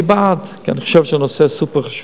אני בעד, כי אני חושב שהנושא סופר-חשוב.